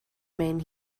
main